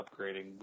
upgrading